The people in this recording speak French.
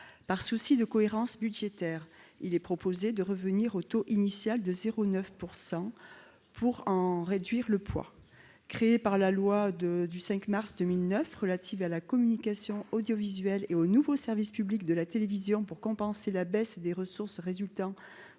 Par souci de cohérence budgétaire, il est proposé de revenir au taux initial de 0,9 % pour en réduire le poids. Créée par la loi du 5 mars 2009 relative à la communication audiovisuelle et au nouveau service public de la télévision pour compenser la baisse des ressources résultant